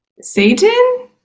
Satan